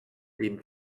dem